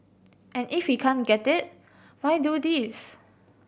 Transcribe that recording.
and if he can't get it why do this